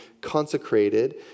consecrated